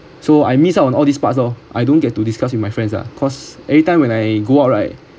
so I miss out on all these parts oh I don't get to discuss with my friends ah cause every time when I go out right